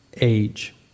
age